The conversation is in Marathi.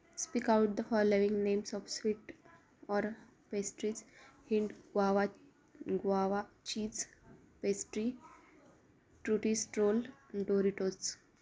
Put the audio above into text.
speak out the following names of sweet or pastries hind guava guava cheese pastry trutistrol Doritos